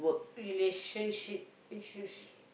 relationship issues